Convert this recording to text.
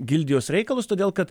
gildijos reikalus todėl kad